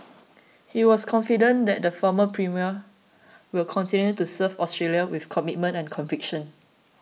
he was confident that the former premier will continue to serve Australia with commitment and conviction